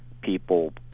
people